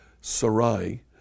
Sarai